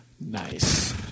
Nice